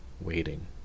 waiting